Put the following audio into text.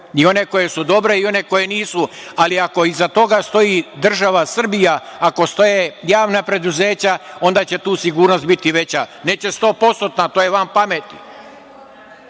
I one koje su dobre i koje nisu. Ali, ako iza toga stoji država Srbija, ako stoje javna preduzeća onda će tu sigurnost biti veća, neće stopostotna, to je van pameti.